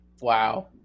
Wow